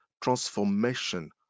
transformation